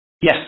Yes